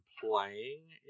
playing